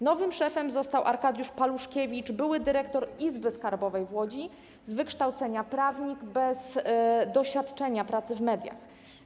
Nowym szefem został Arkadiusz Paluszkiewicz, były dyrektor Izby Skarbowej w Łodzi, z wykształcenia prawnik, bez doświadczenia pracy w mediach.